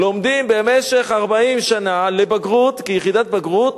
לומדים במשך 40 שנה כיחידת בגרות